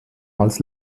als